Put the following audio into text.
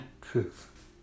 truth